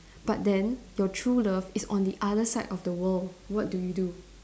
but then your true love is on the other side of the world what do you do